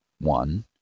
one